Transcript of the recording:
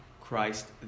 Christ